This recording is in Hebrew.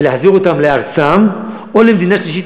ולהחזיר אותם לארצם או למדינה שלישית,